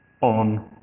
on